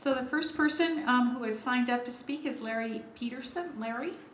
so the first person who was signed up to speak is larry peterson larry